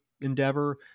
endeavor